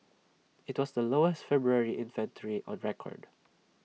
IT was the lowest February inventory on record